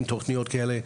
אין תוכניות כאלה.